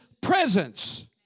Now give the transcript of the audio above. presence